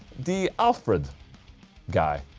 the alfred guy.